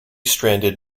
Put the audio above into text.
stranded